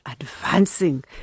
advancing